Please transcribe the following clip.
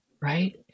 right